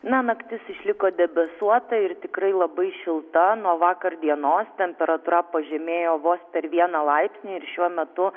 na naktis išliko debesuota ir tikrai labai šilta nuo vakar dienos temperatūra pažemėjo vos per vieną laipsnį ir šiuo metu